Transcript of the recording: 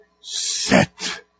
Set